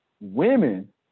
Women